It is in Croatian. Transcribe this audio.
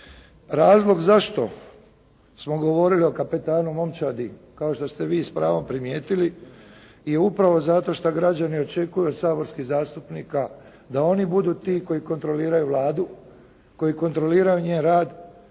Razlog zašto smo govorili o kapetanu momčadi kao što ste vi s pravom primijetili je upravo zato što građani očekuju od saborskih zastupnika da oni budu ti koji kontroliraju Vladu, koji kontroliraju njen rad